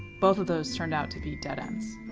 both of those turned out to be dead ends.